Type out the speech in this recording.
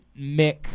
Mick